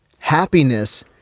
happiness